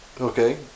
okay